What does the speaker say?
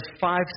five